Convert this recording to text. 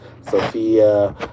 sophia